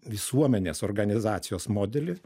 visuomenės organizacijos modelį